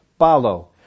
balo